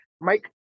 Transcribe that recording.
Mike